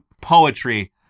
poetry